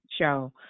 show